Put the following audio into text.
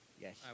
Yes